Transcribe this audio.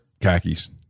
khakis